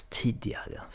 tidigare